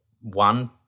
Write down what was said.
one